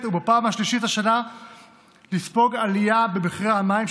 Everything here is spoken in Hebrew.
ובפעם השלישית השנה לספוג עלייה במחירי המים,